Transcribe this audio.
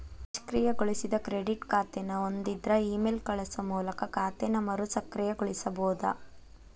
ನಿಷ್ಕ್ರಿಯಗೊಳಿಸಿದ ಕ್ರೆಡಿಟ್ ಖಾತೆನ ಹೊಂದಿದ್ರ ಇಮೇಲ್ ಕಳಸೋ ಮೂಲಕ ಖಾತೆನ ಮರುಸಕ್ರಿಯಗೊಳಿಸಬೋದ